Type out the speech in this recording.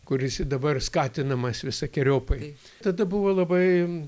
kuris dabar skatinamas visokeriopai tada buvo labai